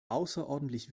außerordentlich